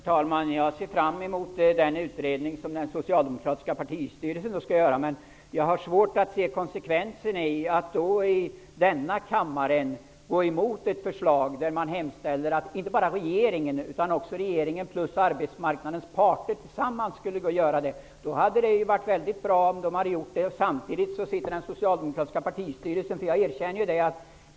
Herr talman! Jag ser fram emot den utredning som den socialdemokratiska partistyrelsen skall göra. Men jag har svårt att se konsekvensen i att här i denna kammare gå emot ett förslag, i vilket man hemställer om att inte bara regeringen utan regeringen tillsammans med arbetsmarknadens parter skall göra en sådan utredning. Det hade varit väldigt bra om de hade gjort sin utredning, samtidigt som den socialdemokratiska partistyrelsen hade gjort sin.